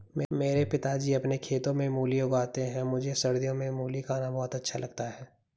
मेरे पिताजी अपने खेतों में मूली उगाते हैं मुझे सर्दियों में मूली खाना बहुत अच्छा लगता है